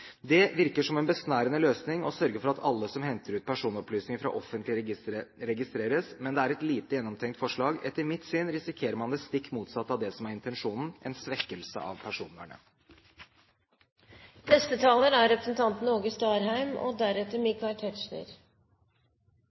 Det virker som en besnærende løsning å sørge for at alle som henter ut personopplysninger fra offentlige registre, registreres. Det er et lite gjennomtenkt forslag. Etter mitt syn risikerer man det stikk motsatte av det som er intensjonen, en svekkelse av personvernet. Eg viser til at komiteen har merka seg statsråden si vurdering, og